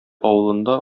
авылында